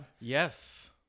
Yes